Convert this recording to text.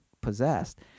possessed